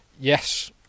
Yes